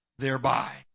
thereby